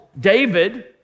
David